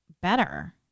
better